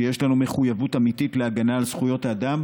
שיש לנו מחויבות אמיתית להגנה על זכויות האדם,